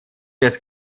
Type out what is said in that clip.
des